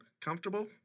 comfortable